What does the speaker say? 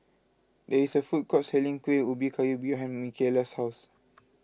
there is a food court selling Kuih Ubi Kayu behind Mikaela's house